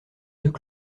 deux